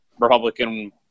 republican